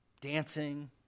dancing